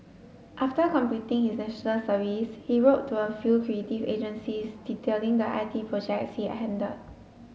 after completing his National Service he wrote to a few creative agencies detailing the I T projects he had handled